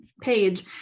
page